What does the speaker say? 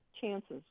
chances